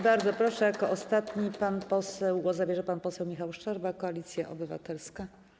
Bardzo proszę, jako ostatni głos zabierze pan poseł Michał Szczerba, Koalicja Obywatelska.